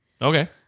Okay